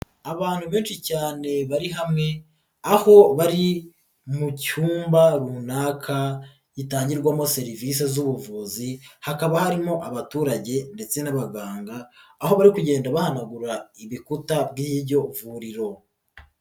Abantu benshi cyane bari hamwe, aho bari mu cyumba runaka gitangirwamo serivisi z'ubuvuzi, hakaba harimo abaturage ndetse n'abaganga, aho bari kugenda bahanagura ibikuta by'iryo vuriro.